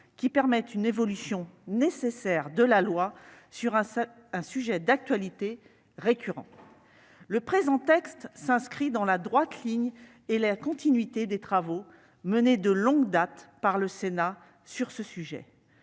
qui permettent une évolution nécessaire de la loi sur un sujet d'actualité récurrent. Le présent texte s'inscrit dans la droite ligne et la continuité des travaux menés de longue date par le Sénat sur ce sujet.